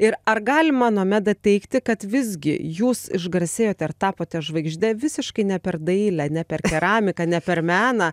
ir ar galima nomeda teigti kad visgi jūs išgarsėjote ir tapote žvaigžde visiškai ne per dailę ne per keramiką ne per meną